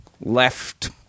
left